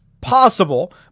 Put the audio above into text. possible